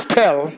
tell